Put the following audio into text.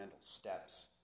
steps